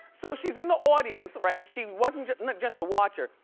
so she's in the audience, right? she wasn't just and like just a watcher.